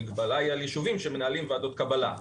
המגבלה היא על יישובים שמנהלים ועדות קבלה.